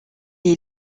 est